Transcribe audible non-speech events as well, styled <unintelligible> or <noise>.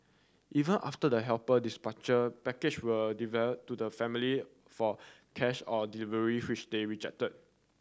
even after the helper <unintelligible> package were develop to the family for cash on delivery which they rejected